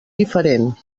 diferent